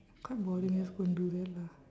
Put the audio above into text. quite boring eh let's go and do that lah